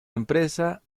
empresa